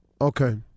Okay